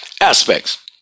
aspects